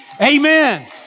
amen